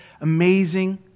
amazing